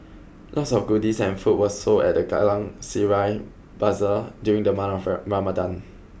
lots of goodies and food were sold at the Geylang Serai Bazaar during the month of Ramadan